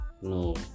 no